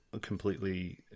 completely